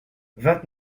vingt